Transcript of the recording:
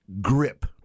grip